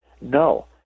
No